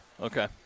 Okay